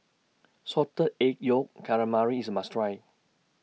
Salted Egg Yolk Calamari IS A must Try